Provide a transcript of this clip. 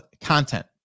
content